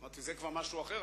אמרתי: זה כבר משהו אחר,